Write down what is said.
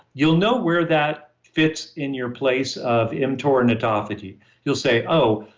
you'll know where that fits in your place of mtor and autophagy you'll say, oh,